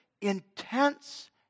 intense